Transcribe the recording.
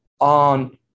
on